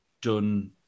done